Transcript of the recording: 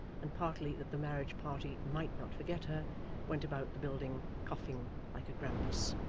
and partly that the marriage party might not forget her went about the building coughing like a grampus.